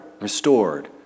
restored